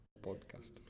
podcast